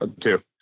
two